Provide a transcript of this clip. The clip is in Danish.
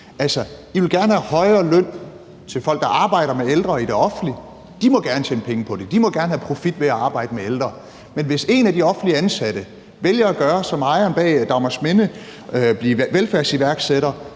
I vil gerne have højere løn til folk, der arbejder med ældre i det offentlige. De må gerne tjene penge på det; de må gerne have profit ved at arbejde med ældre. Men hvis nogle af de offentligt ansatte vælger at gøre som ejeren af Dagmarsminde og blive velfærdsiværksættere